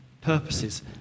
purposes